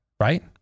right